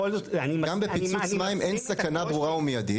גם בפיצוץ מים אין סכנה ברורה ומיידית.